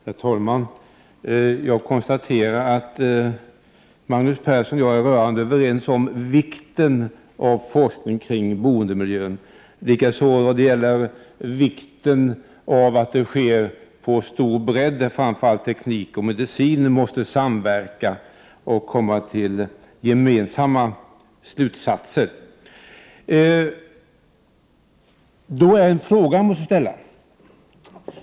Herr talman! Jag konstaterar att Magnus Persson och jag är rörande överens om vikten av forskning kring boendemiljön. Vi är likaså överens om vikten av att forskning sker med stor bredd, och det är framför allt inom teknisk forskning och medicinsk forskning som man måste samverka och komma fram till gemensamma slutsatser. Jag vill ställa en fråga.